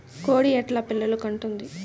కోడి ఎట్లా పిల్లలు కంటుంది?